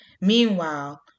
Meanwhile